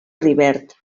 rivert